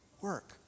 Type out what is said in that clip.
work